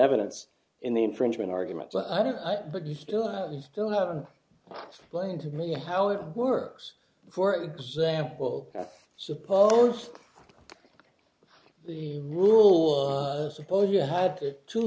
evidence in the infringement argument but i don't but you still you still haven't explained to me how it works for example suppose the rule of suppose you had to t